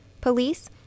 Police